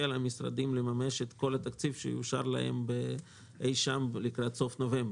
על המשרדים לממש את כל התקציב שיאושר להם אי-שם לקראת סוף נובמבר.